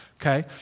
Okay